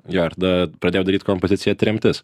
jo ir tada pradėjau daryt kompoziciją tremtis